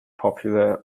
popular